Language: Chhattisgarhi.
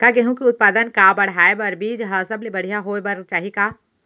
का गेहूँ के उत्पादन का बढ़ाये बर बीज ह सबले बढ़िया होय बर चाही का?